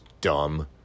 dumb